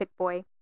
Pickboy